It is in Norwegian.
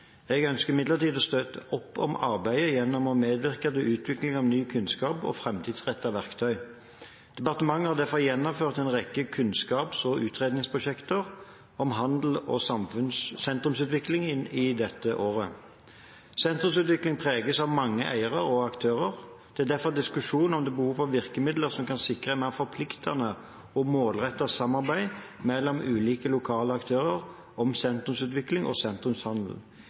Jeg ønsker imidlertid å støtte opp om arbeidet gjennom å medvirke til utvikling av ny kunnskap og framtidsrettede verktøy. Departementet har derfor gjennomført en rekke kunnskaps- og utredningsprosjekter om handel og sentrumsutvikling i dette året. Sentrumsutvikling preges av mange eiere og aktører. Det er derfor diskusjon om hvorvidt det er behov for virkemidler som kan sikre et mer forpliktende og målrettet samarbeid mellom ulike lokale aktører, om sentrumsutvikling og sentrumshandel.